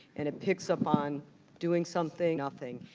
and it picks up on doing something, nothing.